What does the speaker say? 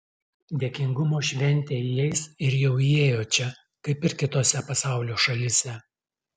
dėkingumo šventė įeis ir jau įėjo čia kaip ir kitose pasaulio šalyse